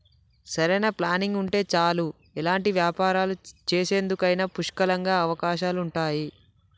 సరైన ప్లానింగ్ ఉంటే చాలు ఎలాంటి వ్యాపారాలు చేసేందుకైనా పుష్కలంగా అవకాశాలుంటయ్యి